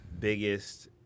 biggest